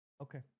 okay